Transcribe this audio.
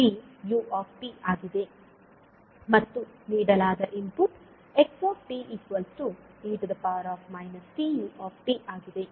ಮತ್ತು ನೀಡಲಾದ input x e tu ಆಗಿದೆ